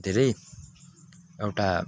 धेरै एउटा